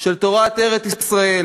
של תורת ארץ-ישראל,